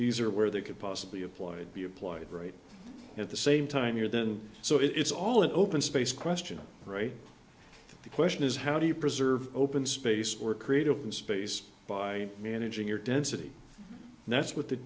these are where they could possibly avoid be applied right at the same time you're then so it's all an open space question right the question is how do you preserve open space or create open space by managing your density and that's what the